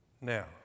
Now